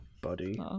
buddy